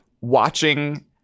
watching